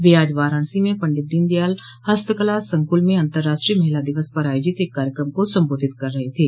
वे आज वाराणसी में पंडित दीनदयाल हस्तकला संकुल में अंतर्राष्ट्रीय महिला दिवस पर आयोजित एक कार्यक्रम को संबोधित कर रहे थे